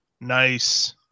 Nice